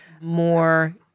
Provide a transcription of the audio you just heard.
more